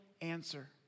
answer